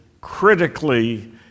critically